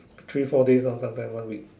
three four days hor sometimes one week